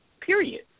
period